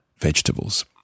vegetables